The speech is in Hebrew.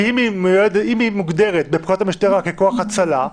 אם היא מוגדרת בפקודת המשטרה ככוח הצלה,